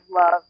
love